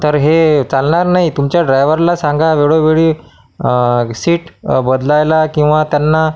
तर हे चालणार नाही तुमच्या ड्रायव्हरला सांगा वेळोवेळी सीट बदलायला किंवा त्यांना